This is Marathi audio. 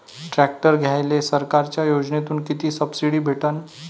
ट्रॅक्टर घ्यायले सरकारच्या योजनेतून किती सबसिडी भेटन?